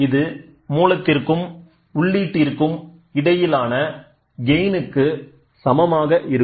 இதுமூலத்திற்கும் உள்ளீட்டுற்கும் இடையிலான கெயின் க்கு சமமாக இருக்கும்